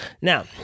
Now